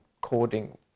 coding